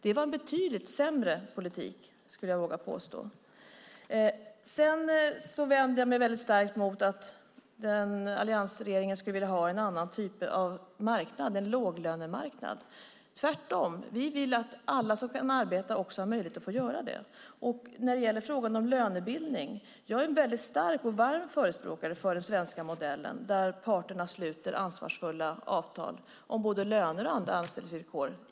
Det var en betydligt sämre politik, vågar jag påstå. Jag vänder mig starkt mot att alliansregeringen skulle vilja ha en låglönemarknad. Vi vill tvärtom att alla som kan arbeta ska ha möjlighet att göra det. När det gäller lönebildning är jag en varm förespråkare för den svenska modellen där parterna sluter ansvarsfulla avtal om både löner och andra anställningsvillkor.